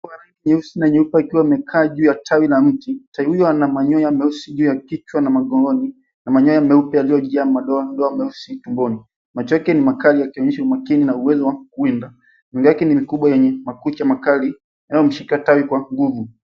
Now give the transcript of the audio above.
Tai meusi na nyeusi juu ya tawi la mti . Tai huyu Ako na manyoa peupe yaliyojaa madoa meusi juu ya kichwa na magongoni yaliyojaa na manyoa meusi yaliyojaa tumboni. Macho yake ni makali kuonyesha uwezo wake wa kuwinda. Mwili wake ni mkubwa wenye makali na ameshika matawi kwa nguvu.